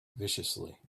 viciously